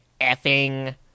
effing